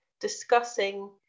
discussing